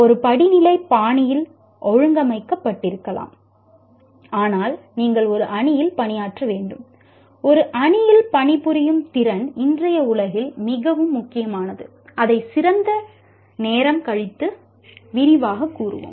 ஒரு படிநிலை பாணியில் ஒழுங்கமைக்கப்பட்டிருக்கலாம் ஆனால் நீங்கள் ஒரு அணியில் பணியாற்ற வேண்டும் ஒரு அணியில் பணிபுரியும் திறன் இன்றைய உலகில் மிகவும் முக்கியமானது அதை சிறிது நேரம் கழித்து விரிவாகக் கூறுவோம்